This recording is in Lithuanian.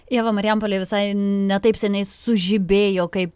ieva marijampolė visai ne taip seniai sužibėjo kaip